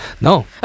no